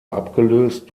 abgelöst